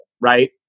right